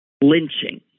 lynching